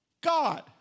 God